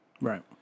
Right